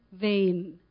vain